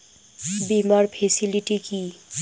বীমার ফেসিলিটি কি?